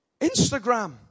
Instagram